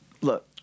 Look